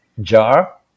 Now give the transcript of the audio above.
jar